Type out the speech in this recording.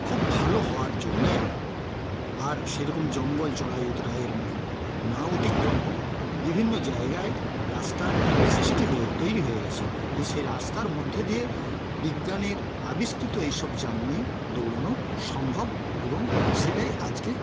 খুব ভালো হওয়ার জন্যে আর সেরকম জঙ্গল চড়াই উৎরাইয়ের না অতিক্রম করে বিভিন্ন জায়গায় রাস্তার সৃষ্টি হয়ে তৈরি হয়ে গেছে সেই রাস্তার মধ্যে দিয়ে বিজ্ঞানের আবিষ্কৃত এইসব যান নিয়ে দৌড়ানো সম্ভব এবং সেটাই আজকে